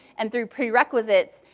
and through prerequisites,